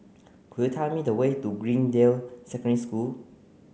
could you tell me the way to Greendale Secondary School